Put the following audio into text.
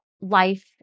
life